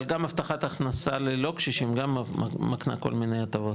גם הבטחת ההכנסה ללא קשישים גם מקנה כל מיני הטבות.